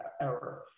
error